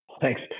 Thanks